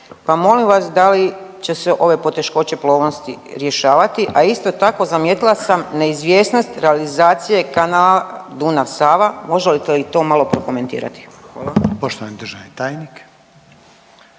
pa molim vas da li će se ove poteškoće plovnosti rješavati, a isto tako zamijetila sam neizvjesnost realizacije kanal Dunav-Sava, možete li i to malo prokomentirati? Hvala. **Reiner,